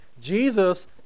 Jesus